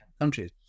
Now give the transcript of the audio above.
countries